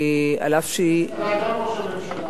אף-על-פי שהיא, גם ראש הממשלה